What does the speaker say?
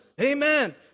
Amen